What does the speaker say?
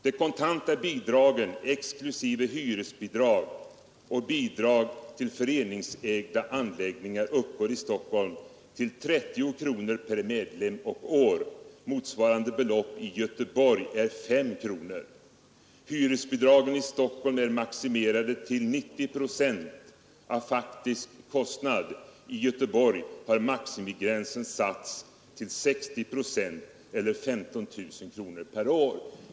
De kontanta bidragen exklusive hyresbidrag och bidrag till föreningsägda anläggningar uppgår i Stockholm till 30 kronor per medlem och år. Motsvarande belopp i Göteborg är S kronor. Hyresbidragen i Stockholm är maximerade till 90 procent av faktisk kostnad. I Göteborg har maximigränsen satts till 60 procent eller 15 000 kronor per år.